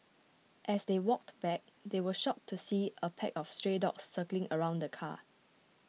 as they walked back they were shocked to see a pack of stray dogs circling around the car